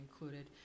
included